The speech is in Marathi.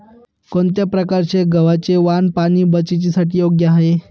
कोणत्या प्रकारचे गव्हाचे वाण पाणी बचतीसाठी योग्य आहे?